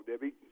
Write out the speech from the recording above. Debbie